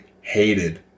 hated